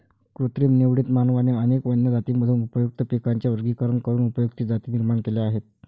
कृत्रिम निवडीत, मानवाने अनेक वन्य जातींमधून उपयुक्त पिकांचे वर्गीकरण करून उपयुक्त जाती निर्माण केल्या आहेत